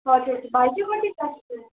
हजुर भाइ चाहिँ कति क्लासमा